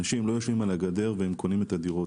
אנשים לא יושבים על הגדר והם קונים דירות.